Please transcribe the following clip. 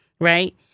right